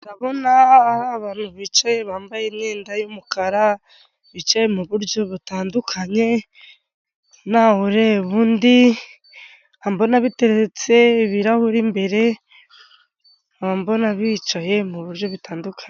Ndabona hari abantu bicaye bambaye imyenda y'umukara bicaye mu buryo butandukanye ntawe ureba undi nkaba mbona biteretse ibirahure imbere, nkaba mbona bicaye mu buryo butandukanye.